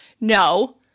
No